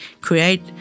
create